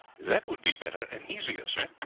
that would be better and easier, sir.